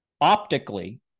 optically